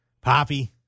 Poppy